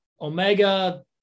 Omega